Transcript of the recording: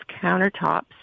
countertops